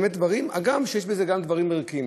יש בזה גם דברים ערכיים.